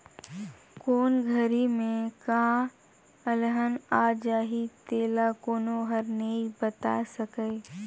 कोन घरी में का अलहन आ जाही तेला कोनो हर नइ बता सकय